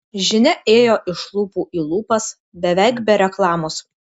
žinia ėjo iš lūpų į lūpas beveik be reklamos